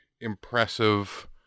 impressive